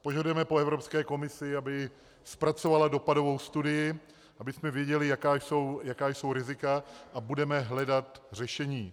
Požadujeme po Evropské komisi, aby zpracovala dopadovou studii, abychom věděli, jaká jsou rizika, a budeme hledat řešení.